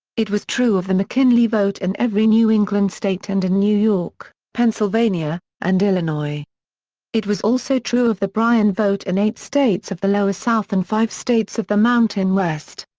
it was true of the mckinley vote in every new england state and in new york, pennsylvania, and illinois it was also true of the bryan vote in eight states of the lower south and five states of the mountain west.